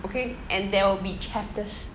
okay and there will be chapters